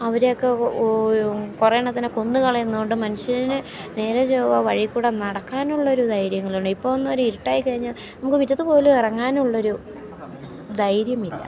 അവരെയൊക്കെ കുറേ എണ്ണത്തിനെ കൊന്നു കളയുന്നതുകൊണ്ടും മനുഷ്യന് നേരെ ചൊവ്വെ വഴിയിൽക്കൂടി നടക്കാനുള്ളൊരു ധൈര്യമെങ്കിലും ഉണ്ട് ഇപ്പോൾ ഒന്നു ഒരു ഇരുട്ടായി കഴിഞ്ഞാൽ നമുക്ക് മുറ്റത്തുപോലും ഇറങ്ങാനുള്ളൊരു ധൈര്യമില്ല